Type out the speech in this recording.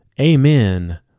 Amen